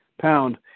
pound